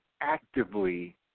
actively